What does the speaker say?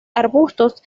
arbustos